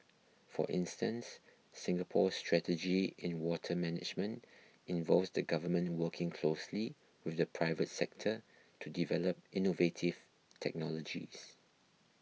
for instance Singapore's strategy in water management involves the Government working closely with the private sector to develop innovative technologies